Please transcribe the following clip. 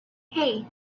hey